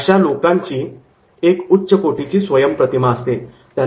अशा लोकांची एक उच्च कोटीची स्वयम् प्रतिमा असते